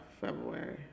February